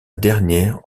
dernière